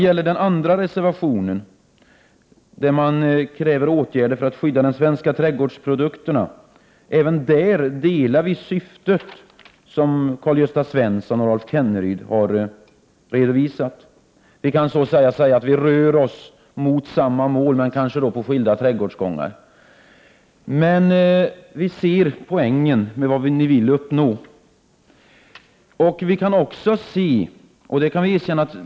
I reservation 2 kräver man åtgärder för att skydda de svenska trädgårdsprodukterna. Vi uppskattar syftet även bakom reservationen, vilket Karl Gösta Svenson och Rolf Kenneryd har redogjort för. Man kan kanske säga att vi rör oss mot samma mål, men kanske på skilda trädgårdsgångar. Men vii vpk ser poängen med det som reservanterna vill uppnå.